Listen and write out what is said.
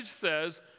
says